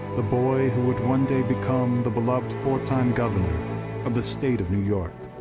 the boy who would one day become the beloved four time governor of the state of new york,